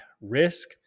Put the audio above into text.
risk